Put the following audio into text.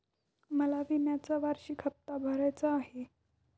मला विम्याचा वार्षिक हप्ता भरायचा आहे